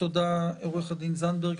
תודה עורך הדין זנדברג.